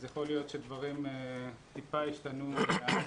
אז יכול להיות שדברים טיפה השתנו מאז,